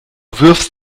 wirfst